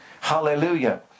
Hallelujah